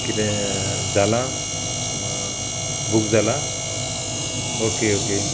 किदें जालां बूक जाला ओके ओके